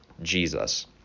Jesus